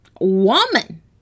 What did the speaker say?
woman